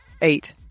Eight